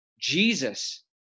Jesus